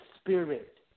spirit